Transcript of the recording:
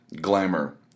Glamour